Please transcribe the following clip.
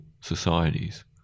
societies